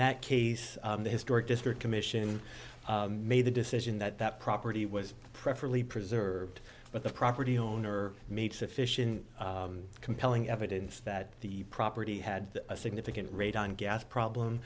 that case the historic district commission made the decision that that property was preferably preserved but the property owner made sufficient compelling evidence that the property had a significant radon gas problem